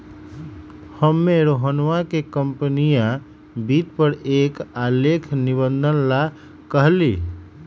हम्मे रोहनवा के कंपनीया वित्त पर एक आलेख निबंध ला कहली